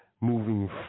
moving